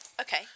Okay